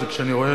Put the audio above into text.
זה כשאני רואה